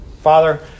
Father